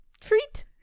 Treat